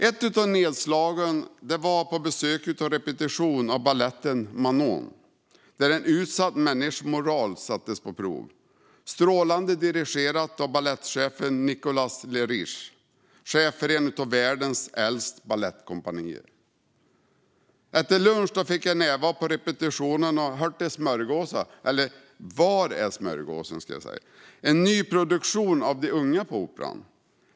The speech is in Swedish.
Ett av nedslagen var besöket på repetitionen av baletten Manon , i vilken en utsatt människas moral sätts på prov. Det var strålande dirigerat av balettchefen Nicolas le Riche, som varit chef för ett av världens äldsta balettkompanier. Efter lunch fick jag närvara på repetitionen av Hört ä smörgåsa eller Var är smörgåsen , en ny produktion av Unga på Operan.